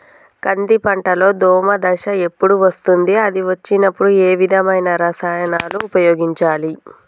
కంది పంటలో దోమ దశ ఎప్పుడు వస్తుంది అది వచ్చినప్పుడు ఏ విధమైన రసాయనాలు ఉపయోగించాలి?